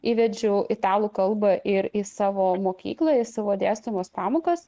įvedžiau italų kalbą ir į savo mokyklą į savo dėstomas pamokas